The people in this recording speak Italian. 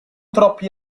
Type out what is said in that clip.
troppi